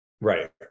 Right